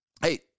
Hey